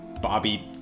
Bobby